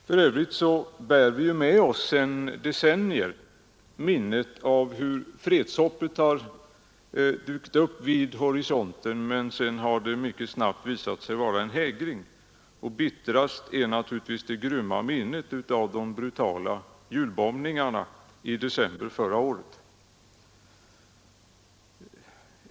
För övrigt bär vi sedan decennier med oss minnet av hur fredshoppet har dykt upp vid horisonten men sedan mycket snabbt visat sig vara en hägring. Bittrast är naturligtvis det grymma minnet av de brutala julbombningarna i december förra året.